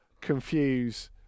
confuse